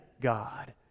God